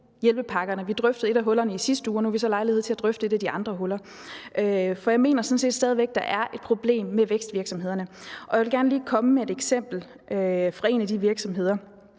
Vi drøftede et af hullerne i sidste uge, og nu har vi så lejlighed til at drøfte et af de andre huller. Jeg mener sådan set stadig væk, at der er et problem med vækstvirksomhederne, og jeg vil gerne lige komme med et eksempel fra en af de virksomheder,